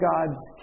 God's